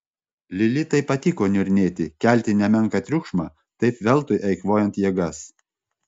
lilitai patiko niurnėti kelti nemenką triukšmą taip veltui eikvojant jėgas